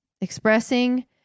Expressing